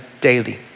daily